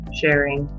sharing